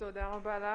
תודה רבה לך.